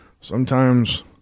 Sometimes-